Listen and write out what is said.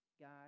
God